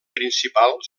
principal